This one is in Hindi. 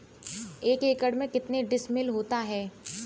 एक एकड़ में कितने डिसमिल होता है?